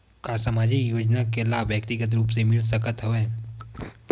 का सामाजिक योजना के लाभ व्यक्तिगत रूप ले मिल सकत हवय?